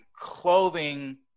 clothing